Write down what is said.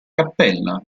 cappella